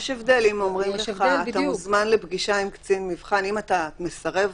יש הבדל אם אומרים לך שאתה מוזמן לפגישה עם קצין מבחן ואם אתה מסרב,